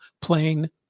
plain